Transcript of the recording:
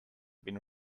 been